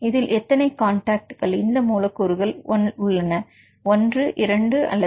இதில் எத்தனை காண்டாக்ட் இந்த மூலக்கூறுகள் உள்ளன 1 2 3